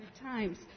times